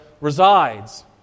resides